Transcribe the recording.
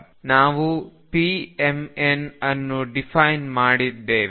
ನಾವು pmnಅನ್ನು ಡಿಫೈನ್ ಮಾಡಿದ್ದೇವೆ